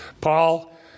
Paul